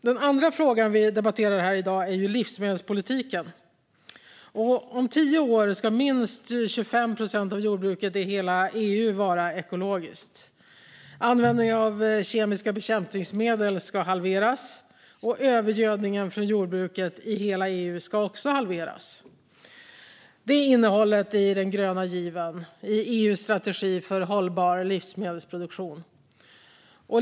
Den andra fråga vi debatterar här i dag är livsmedelspolitiken. Om tio år ska minst 25 procent av jordbruket i hela EU vara ekologiskt. Användningen av kemiska bekämpningsmedel ska halveras, liksom övergödningen från jordbruket i hela EU. Det är innehållet i den gröna given och EU:s strategi för hållbar livsmedelsproduktion.